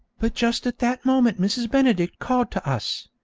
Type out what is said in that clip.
but just at that moment mrs. benedict called to us,